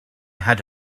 had